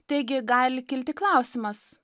taigi gali kilti klausimas